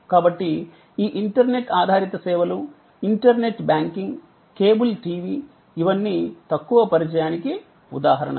కాబట్టి ఈ ఇంటర్నెట్ ఆధారిత సేవలు ఇంటర్నెట్ బ్యాంకింగ్ కేబుల్ టివి ఇవన్నీ తక్కువ పరిచయానికి ఉదాహరణలు